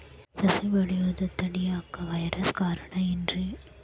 ಸಸಿ ಬೆಳೆಯುದ ತಡಿಯಾಕ ವೈರಸ್ ಕಾರಣ ಏನ್ರಿ?